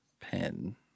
pen